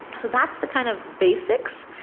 so that's the kind of basics.